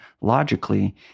logically